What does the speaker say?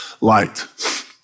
light